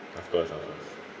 of course of course